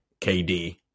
KD